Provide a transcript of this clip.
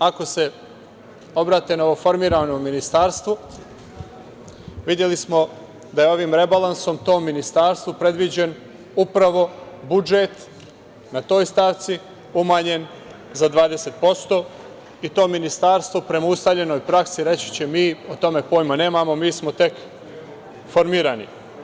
Ako se obrate novoformiranom ministarstvu, videli smo da je ovim rebalansom tom ministarstvu predviđen upravo budžet na toj stavci umanjen za 20% i to ministarstvo, prema ustaljenoj praksi, reći će – mi o tome pojma nemamo, mi smo tek formirani.